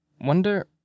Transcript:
Wonder